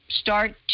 start